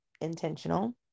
intentional